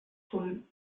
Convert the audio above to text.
zum